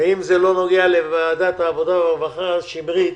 אם זה לא נוגע לוועדת העבודה והרווחה, שמרית,